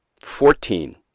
fourteen